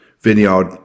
vineyard